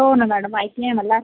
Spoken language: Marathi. हो ना मॅडम माहिती आहे मला